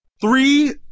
three